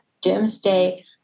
doomsday